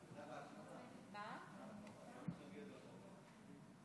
עד שלוש דקות לרשותך.